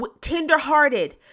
tenderhearted